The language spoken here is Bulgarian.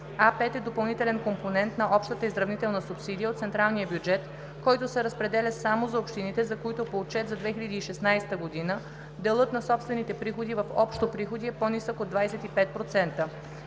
„А5 е допълнителен компонент на общата изравнителна субсидия от централния бюджет, който се разпределя само за общините, за които по отчет за 2016 г. делът на собствените приходи в общо приходи е по-нисък от 25%.